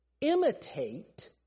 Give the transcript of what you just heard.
imitate